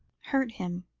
hurt him,